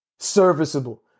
serviceable